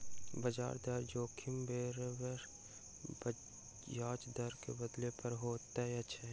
ब्याज दर जोखिम बेरबेर ब्याज दर के बदलै पर होइत अछि